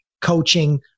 coaching